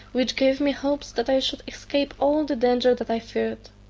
which gave me hopes that i should escape all the danger that i feared.